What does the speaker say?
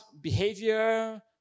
behavior